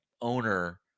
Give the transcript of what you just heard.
owner